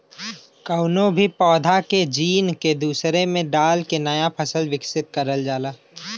कउनो भी पौधा के जीन के दूसरे में डाल के नया फसल विकसित करल जाला